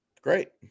Great